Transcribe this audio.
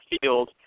field